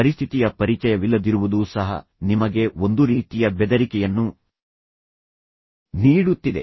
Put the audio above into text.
ಪರಿಸ್ಥಿತಿಯ ಪರಿಚಯವಿಲ್ಲದಿರುವುದು ಸಹ ನಿಮಗೆ ಒಂದು ರೀತಿಯ ಬೆದರಿಕೆಯನ್ನು ನೀಡುತ್ತಿದೆ